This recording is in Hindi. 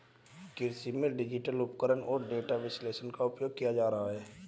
कृषि में डिजिटल उपकरण और डेटा विश्लेषण का उपयोग किया जा रहा है